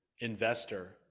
investor